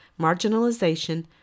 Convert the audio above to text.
marginalization